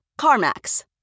CarMax